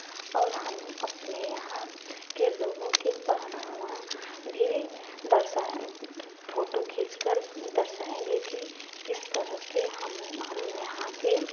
और हम अपने यहाँ के लोगों के पहनावा भी दर्शाय फोटो खींचकर दर्शाएँगे कि किस तरह के हम हम यहाँ के